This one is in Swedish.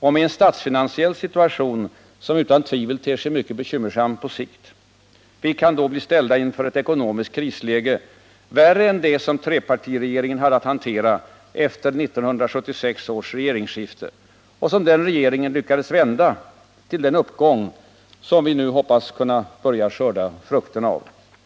och med en statsfinansiell situation som utan tvivel ter sig mycket bekymmersam på sikt. Vi kan då bli ställda inför ett ekonomiskt krisläge värre än det som trepartiregeringen hade att hantera efter 1976 års regeringsskifte och som den regeringen lyckades vända till den uppgång som vi hoppas att vi nu skall börja skörda frukterna av.